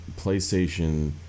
PlayStation